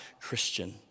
Christian